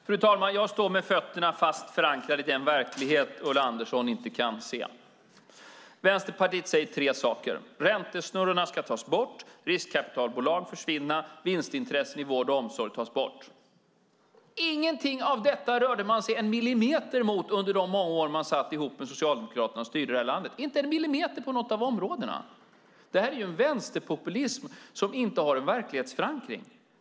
Fru talman! Jag står med fötterna fast förankrade i den verklighet Ulla Andersson inte kan se. Vänsterpartiet säger tre saker: Räntesnurrorna ska tas bort, riskkapitalbolag försvinna och vinstintressen i vård och omsorg tas bort. Ingenting av detta rörde man sig en millimeter mot under de många år man satt ihop med Socialdemokraterna och styrde det här landet - inte en millimeter på något av områdena! Det här är en vänsterpopulism som inte har verklighetsförankring.